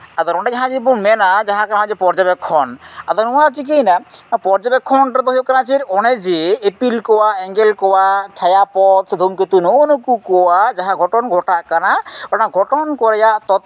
ᱟᱫᱚ ᱱᱚᱰᱮ ᱡᱟᱦᱟᱸ ᱨᱮᱵᱚᱱ ᱢᱮᱱᱟ ᱡᱟᱦᱟᱸ ᱡᱟᱦᱟᱸ ᱜᱮ ᱯᱚᱨᱡᱚᱵᱮᱠᱠᱷᱚᱱ ᱟᱫᱚ ᱱᱚᱣᱟ ᱪᱤᱠᱟᱹᱭᱮᱱᱟ ᱯᱚᱨᱡᱚᱵᱮᱠᱠᱷᱚᱱ ᱨᱮᱫᱚ ᱦᱩᱭᱩᱜ ᱠᱟᱱᱟ ᱪᱮᱫ ᱚᱱᱮ ᱡᱮ ᱤᱯᱤᱞ ᱠᱚᱣᱟᱜ ᱮᱸᱜᱮᱞ ᱠᱚᱣᱟᱜ ᱪᱷᱟᱭᱟ ᱯᱚᱛᱷ ᱥᱮ ᱫᱷᱩᱢᱠᱮᱛᱩ ᱱᱩᱜᱼᱩ ᱱᱩᱠᱩ ᱠᱚᱣᱟᱜ ᱡᱟᱦᱟᱸ ᱜᱷᱚᱴᱚᱱ ᱜᱷᱚᱴᱟᱜ ᱠᱟᱱᱟ ᱚᱱᱟ ᱜᱷᱚᱴᱚᱱ ᱠᱚ ᱨᱮᱭᱟᱜ ᱛᱚᱛᱛᱷᱚ